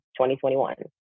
2021